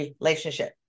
relationship